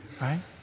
right